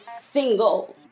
single